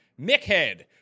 Mickhead